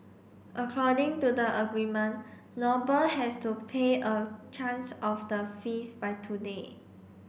according to the agreement Noble has to pay a of the fees by today